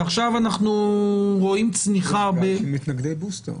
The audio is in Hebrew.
הם מתנגדי בוסטר.